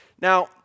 Now